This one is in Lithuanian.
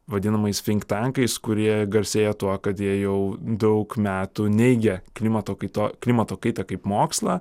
vadinamais fink tankais kurie garsėja tuo kad jie jau daug metų neigia klimato kaitą klimato kaitą kaip mokslą